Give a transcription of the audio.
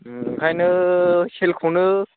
ओंखायनो सेलखौनो